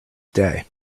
day